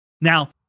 Now